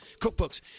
cookbooks